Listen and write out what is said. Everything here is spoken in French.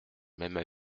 même